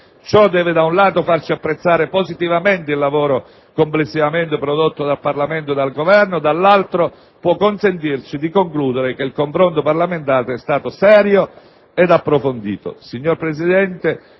Ciò deve da un lato farci apprezzare positivamente il lavoro complessivamente prodotto dal Parlamento e dal Governo, dall'altro può consentirci di concludere che il confronto parlamentare è stato serio ed approfondito.